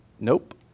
Nope